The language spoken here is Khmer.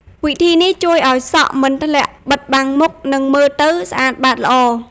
វិធីនេះជួយឲ្យសក់មិនធ្លាក់បិទបាំងមុខ និងមើលទៅស្អាតបាតល្អ។